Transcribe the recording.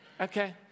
Okay